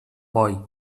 boi